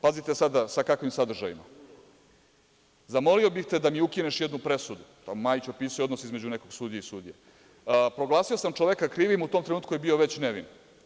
Pazite, sada sa kakvim sadržajima - Zamolio bih te da mi ukineš jednu presudu, pa Majić opisuje odnos između nekog sudije i sudija - Proglasio sam čoveka krivim, u tom trenutku je bio već nevin.